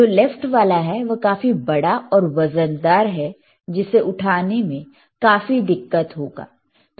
जो लेफ्ट वाला है वह काफी बड़ा और वजनदार है जिसे उठाने में काफी दिक्कत होगा